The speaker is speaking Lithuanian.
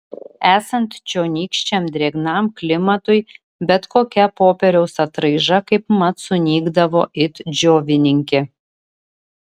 esant čionykščiam drėgnam klimatui bet kokia popieriaus atraiža kaipmat sunykdavo it džiovininkė